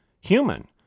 human